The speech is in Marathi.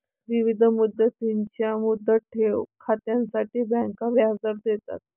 विविध मुदतींच्या मुदत ठेव खात्यांसाठी बँका व्याजदर देतात